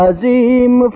Azim